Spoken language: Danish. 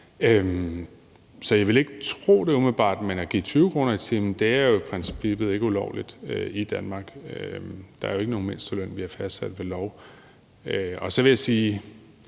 Så jeg vil ikke umiddelbart tro det. Men at give 20 kr. i timen er i princippet ikke ulovligt i Danmark. Der er jo ikke nogen mindsteløn, vi har fastsat ved lov. Så vil jeg sige,